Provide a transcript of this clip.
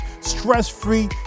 stress-free